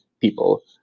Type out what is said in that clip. people